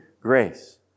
grace